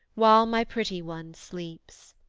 while my pretty one, sleeps.